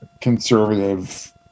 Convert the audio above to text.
conservative